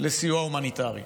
לסיוע הומניטרי.